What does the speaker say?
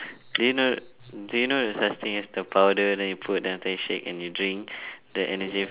do you know do you know there's such thing as the powder then you put then after that shake and you drink the energy